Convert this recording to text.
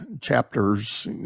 chapters